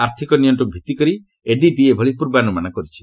ଆର୍ଥକ ନିଅଙ୍କକ୍ ଭିଭିକରି ଏଡିବି ଏଭଳି ପୂର୍ବାନୁମାନ କରିଛି